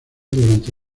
durante